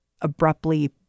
abruptly